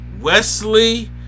Wesley